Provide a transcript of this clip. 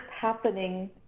happening